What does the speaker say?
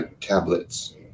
tablets